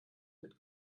mit